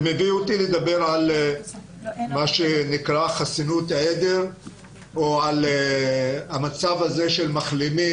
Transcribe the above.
זה מביא אותי לדבר על מה שנקרא חסינות העדר או על המצב הזה של מחלימים,